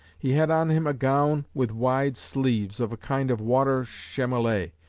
he had on him a gown with wide sleeves, of a kind of water chamolet,